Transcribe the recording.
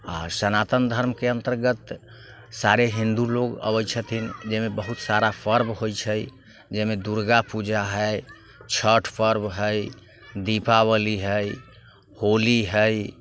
आओर सनातन धर्मके अन्तर्गत सारे हिन्दू लोक अबै छथिन जाहिमे बहुत सारा पर्व होइ छै जाहिमे दुर्गा पूजा हइ छठ पर्व हइ दीपावली हइ होली हइ